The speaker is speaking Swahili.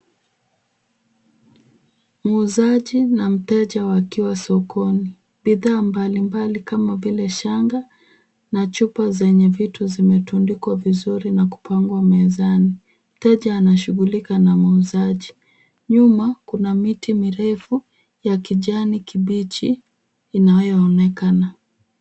Muuzaji na mteja wakiwa sokoni , bidhaa mbalimbali kama vile shanga na chupa zenye vitu zimetundikwa mezani na kupangwa mezani ,mteja anashughlika na muuzaji, nyuma kuna miti mirefu ya kijani kibichi inayoonekana.